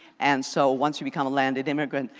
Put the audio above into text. and so once you become a landed immigrant,